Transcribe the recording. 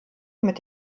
mit